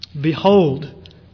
Behold